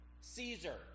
Caesar